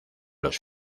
los